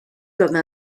comme